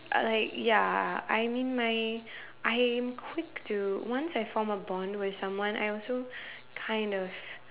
uh like ya I mean my I am quick to once I form a bond with someone I also kind of